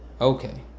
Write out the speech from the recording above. okay